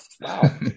Wow